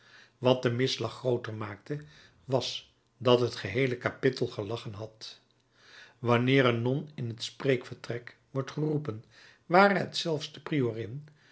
wat de misslag grooter maakte was dat het geheele kapittel gelachen had wanneer een non in het spreekvertrek wordt geroepen ware het zelfs de